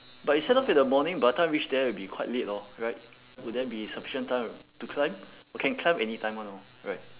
but you set off in the morning by the time reach there will be quite late hor right would there be sufficient time to to climb oh can climb any time [one] hor right